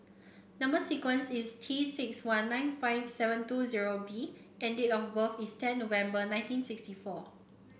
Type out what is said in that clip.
number sequence is T six one nine five seven two zero B and date of birth is ten November nineteen sixty four